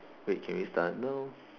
wait can we start now